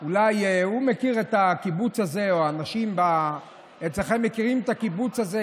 אולי הוא מכיר את הקיבוץ הזה או האנשים אצלכם מכירים את הקיבוץ הזה,